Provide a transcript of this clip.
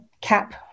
cap